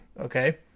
okay